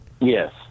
Yes